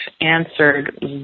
answered